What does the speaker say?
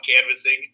canvassing